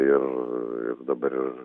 ir ir dabar ir